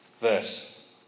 verse